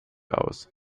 aus